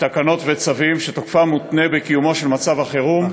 תקנות וצווים שתוקפם מותנה בקיומו של מצב החירום.